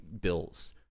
bills